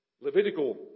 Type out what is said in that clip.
Levitical